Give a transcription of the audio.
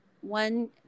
one